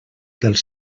dels